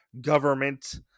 government